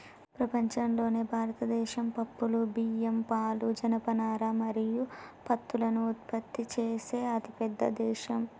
ప్రపంచంలోనే భారతదేశం పప్పులు, బియ్యం, పాలు, జనపనార మరియు పత్తులను ఉత్పత్తి చేసే అతిపెద్ద దేశం